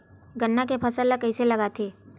गन्ना के फसल ल कइसे लगाथे?